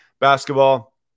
basketball